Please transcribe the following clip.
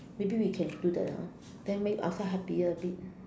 maybe we can do that ah then make ourselves happier a bit